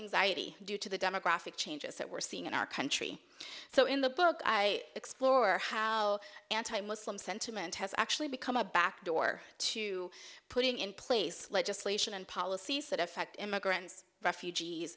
anxiety due to the demographic changes that we're seeing in our country so in the book i explore how anti muslim sentiment has actually become a back door to putting in place legislation and policies that affect immigrants refugees